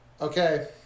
Okay